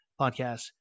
podcast